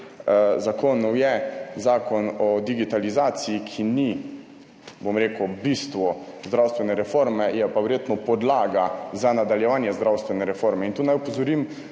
zakonov je Zakon o digitalizaciji, ki ni, bom rekel, bistvo zdravstvene reforme, je pa verjetno podlaga za nadaljevanje zdravstvene reforme. In tu naj opozorim,